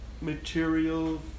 material